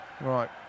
Right